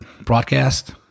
broadcast